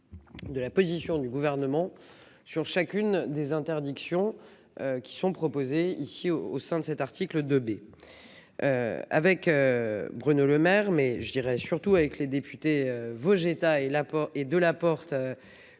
De la position du gouvernement sur chacune des interdictions. Qui sont proposés, ici au au sein de cet article 2 B. Avec. Bruno Lemaire. Mais je dirais surtout avec les députés Vojetta et l'apport